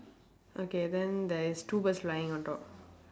okay then there is two birds flying on top